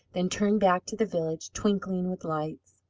then turned back to the village, twinkling with lights.